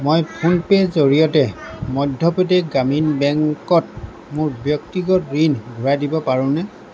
মই ফোন পে'ৰ জৰিয়তে মধ্যপ্ৰদেশ গ্ৰামীণ বেংকত মোৰ ব্যক্তিগত ঋণ ঘূৰাই দিব পাৰোনে